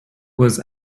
was